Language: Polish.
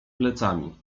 plecami